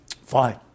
Fine